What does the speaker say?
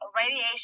radiation